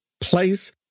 place